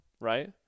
right